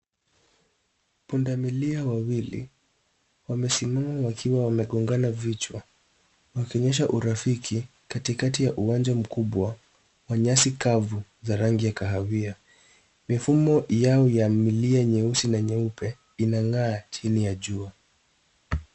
Punda milia wawili wamesimama wakiwa wamegongana vichwa wakionyesha urafiki katikati ya uwanja mkubwa wa nyasi kavu za rangi ya kahawia. Mifumo yao ya mlia nyeusi na nyeupe inang'aa chini ya jua.